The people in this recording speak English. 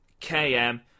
KM